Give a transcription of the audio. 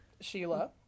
Sheila